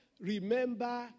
Remember